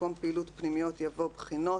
במקום "פעילות פנימיות" יבוא "בחינות".